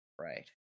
Right